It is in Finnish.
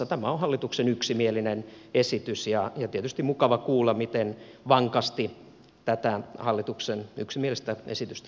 tämä on hallituksen yksimielinen esitys ja on tietysti mukava kuulla miten vankasti tätä hallituksen yksimielistä esitystä täällä kannatetaan